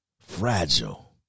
fragile